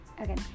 Okay